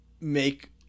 make